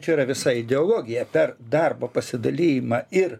čia yra visa ideologija per darbo pasidalijimą ir